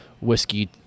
whiskey